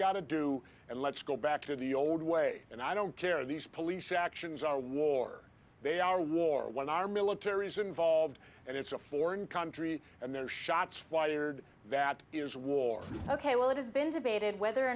got to do and let's go back to the old way and i don't care these police actions are war they are war when our military is involved and it's a foreign country and no shots fired that is war ok well it has been debated whether or